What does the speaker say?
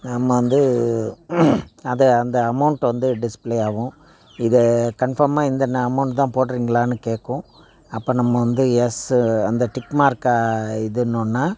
நம்ம வந்து அதை அந்த அமௌண்ட்டு வந்து டிஸ்பிளே ஆகும் இதை கன்ஃபார்மாக இந்த ந அமௌண்ட் தான் போட்டிறீங்களான்னு கேட்கும் அப்போ நம்ம வந்து எஸ்ஸு அந்த டிக் மார்க்கை இதுன்னொன்னே